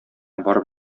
барып